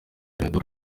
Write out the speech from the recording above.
n’ibintu